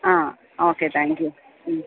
ആ okay thank you മ്മ്